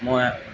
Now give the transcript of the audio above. মই